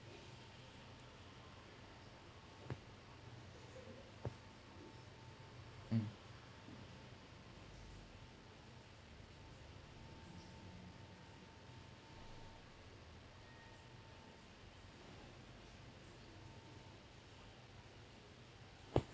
mm